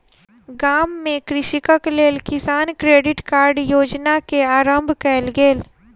गाम में कृषकक लेल किसान क्रेडिट कार्ड योजना के आरम्भ कयल गेल